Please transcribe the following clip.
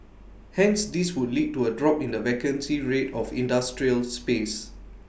hence this would lead to A drop in the vacancy rate of industrial space